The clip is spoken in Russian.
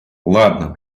ладно